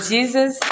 Jesus